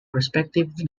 respective